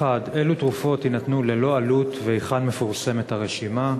ברצוני לשאול: 1. אילו תרופות יינתנו ללא עלות והיכן מפורסמת הרשימה?